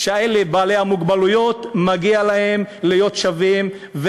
שלבעלי המוגבלויות מגיע להיות שווים,